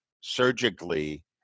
surgically